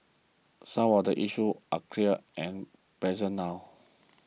some of the issues are clear and present now